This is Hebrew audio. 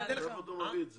מאיפה אתה מביא את זה?